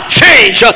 change